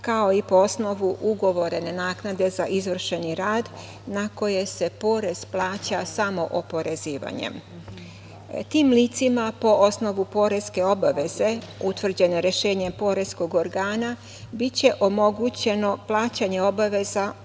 kao i po osnovu ugovorene naknade za izvršeni rad na koje se porez plaća samo oporezivanjem. Tim licima po osnovu poreske obaveze utvrđeno rešenje poreskog organa biće omogućeno plaćanjem obaveza